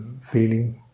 feeling